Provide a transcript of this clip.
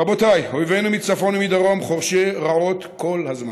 רבותיי, אויבינו מצפון ומדרום חורשי רעות כל הזמן.